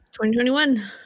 2021